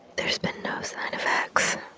there's been no sign of x,